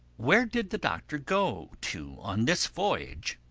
where did the doctor go to on this voyage?